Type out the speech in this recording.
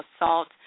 assault